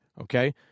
Okay